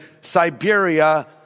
Siberia